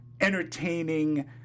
entertaining